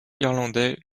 irlandais